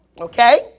okay